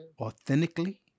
authentically